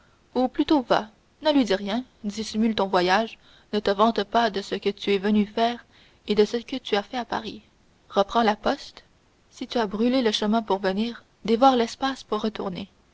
ou plutôt va ne lui dis rien dissimule ton voyage ne te vante pas de ce que tu es venu faire et de ce que tu as fait à paris reprends la poste si tu as brûlé le chemin pour venir dévore l'espace pour retourner